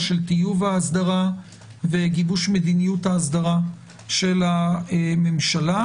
של טיוב ההאסדרה וגיבוש מדיניות האסדרה של הממשלה.